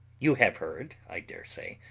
you have heard, i dare say,